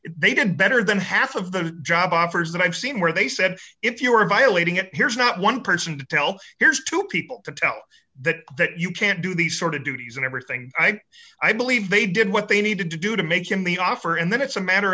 they did better than half of the job offers that i've seen where they said if you're violating it here's not one person to tell here's two people to tell that that you can't do these sort of duties and everything i believe they did what they needed to do to make him the offer and then it's a matter